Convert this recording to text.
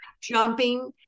jumping